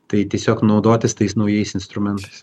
tai tiesiog naudotis tais naujais instrumentais